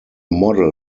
model